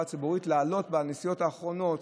הציבורית הייתה להעלות בנסיעות האחרונות,